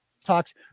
Talks